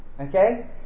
Okay